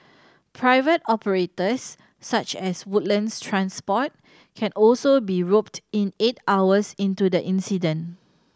private operators such as Woodlands Transport can also be roped in eight hours into the incident